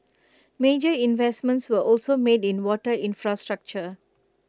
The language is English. major investments were also made in water infrastructure